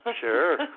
Sure